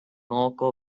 local